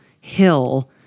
hill